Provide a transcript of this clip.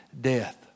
death